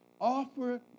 offer